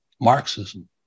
Marxism